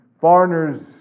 foreigners